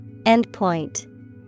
Endpoint